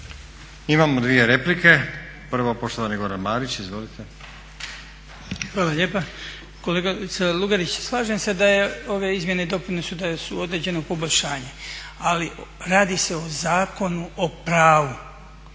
Imamo dvije replike. Prvo poštovani Goran Marić. Izvolite. **Marić, Goran (HDZ)** Hvala lijepa. Kolegice Lugarić, slažem se da su ove izmjene i dopune su određeno poboljšanje. Ali radi se o zakonu o pravu.